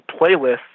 playlists